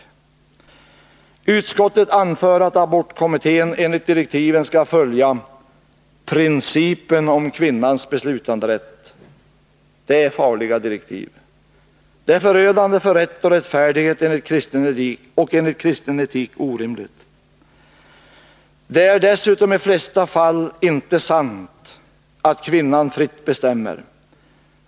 Utskottet anför att abortkommittén enligt direktiven skall följa ”principen om kvinnans beslutanderätt”. Det är farliga direktiv. Det är förödande för rätt och rättfärdighet och enligt kristen etik orimligt. Det är dessutom i de flesta fall inte sant att kvinnan fritt bestämmer.